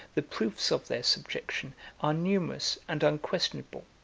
the proofs of their subjection are numerous and unquestionable